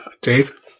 Dave